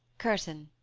curtain.